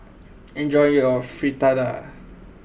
enjoy your Fritada